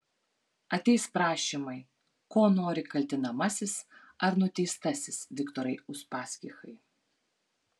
ateis prašymai ko nori kaltinamasis ar nuteistasis viktorai uspaskichai